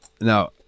now